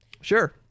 Sure